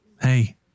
Hey